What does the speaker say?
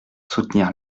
soutenir